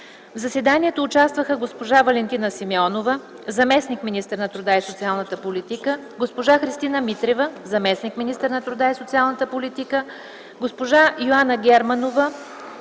В заседанието участваха госпожа Валентина Симеонова, заместник-министър на труда и социалната политика, госпожа Христина Митрева, заместник-министър на труда и социалната политика, госпожа Йоанна Германова